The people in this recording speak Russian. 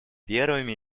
первым